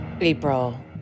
April